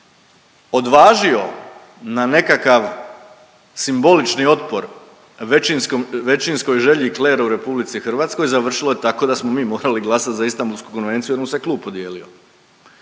odvažio na nekakav simbolični otpor većinskoj želji i kleru u Republici Hrvatskoj završilo je tako da smo mi morali glasati za Istambulsku konvenciju jer mu se klub podijelio.